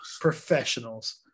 Professionals